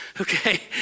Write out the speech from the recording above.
okay